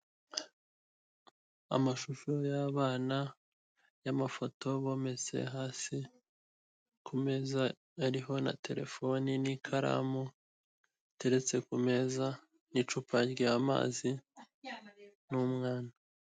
Amashusho y'abana y'amafoto bometse hasi kumeza ariho na terefone n'ikaramu iteretse ku meza n'icupa ry'amazi n'umwana.